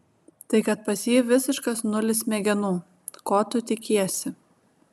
tai kad pas jį visiškas nulis smegenų ko tu tikiesi